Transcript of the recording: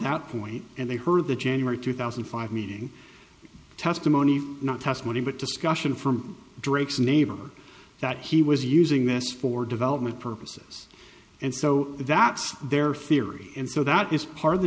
that point and they heard the january two thousand and five meeting testimony not testimony but discussion from drake's neighborhood that he was using this for development purposes and so that's their theory and so that is part of the